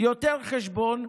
יותר חשבון,